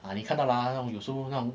啊你看到啦那种有时候那种